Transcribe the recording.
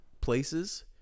places